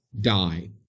die